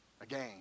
again